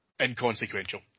inconsequential